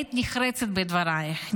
היית נחרצת בדברייך.